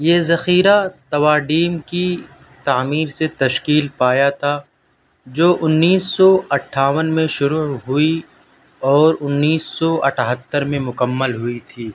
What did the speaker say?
یہ ذخیرہ تواڈیم کی تعمیر سے تشکیل پایا تھا جو انیس سو اٹھاون میں شروع ہوئی اور انیس سو اٹھہتر میں مکمل ہوئی تھی